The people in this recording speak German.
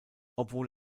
obwohl